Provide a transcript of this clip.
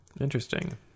interesting